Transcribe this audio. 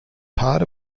part